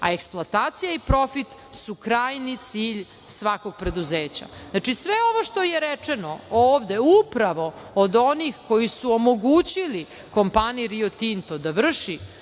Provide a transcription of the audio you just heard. a eksploatacija i profit su krajnji cilj svakog preduzeća. Znači, sve ovo što je rečeno ovde upravo od onih koji su omogućili kompaniji Rio Tinto da vrši